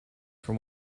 for